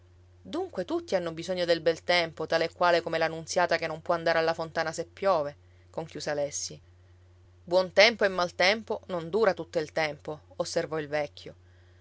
dunque tutti hanno bisogno del bel tempo tale e quale come la nunziata che non può andare alla fontana se piove conchiuse alessi buon tempo e mal tempo non dura tutto il tempo osservò il vecchio